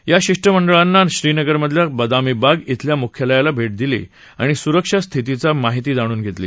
या शिष्टमंडळांनं श्रीनगरमधल्या बदामी बाग इथल्या मुख्यालयाला भेट दिली आणि सुरक्षा स्थितीची माहिती जाणून घेतली